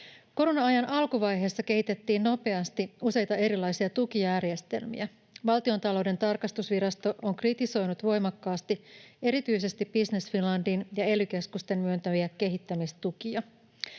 Korona-ajan alkuvaiheessa kehitettiin nopeasti useita erilaisia tukijärjestelmiä. Valtiontalouden tarkastusvirasto on kritisoinut voimakkaasti erityisesti Business Finlandin ja ely-keskusten myöntämiä kehittämistukia.